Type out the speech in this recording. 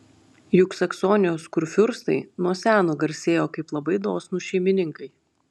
juk saksonijos kurfiurstai nuo seno garsėjo kaip labai dosnūs šeimininkai